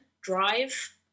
Drive